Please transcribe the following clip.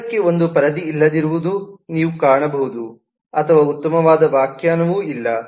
ಇದಕ್ಕೆ ಒಂದು ಪರಿಧಿ ಇಲ್ಲದಿರುವುದನ್ನು ನೀವು ಕಾಣಬಹುದು ಅಥವಾ ಉತ್ತಮವಾದ ವ್ಯಾಖ್ಯಾನವು ಇಲ್ಲ